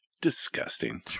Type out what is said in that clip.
Disgusting